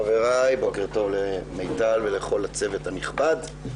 בוקר טוב חבריי, בוקר טוב למיטל ולכל הצוות הנכבד.